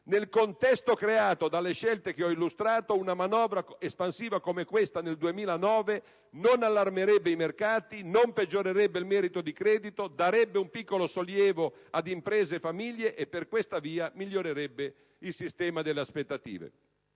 Nel contesto creato dalle scelte che ho illustrato, una manovra espansiva come questa nel 2009 non allarmerebbe i mercati, non peggiorerebbe il merito di credito, darebbe un piccolo sollievo ad imprese e famiglie e, per questa via, migliorerebbe il sistema delle aspettative.